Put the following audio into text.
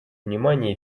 внимания